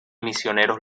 misioneros